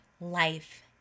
life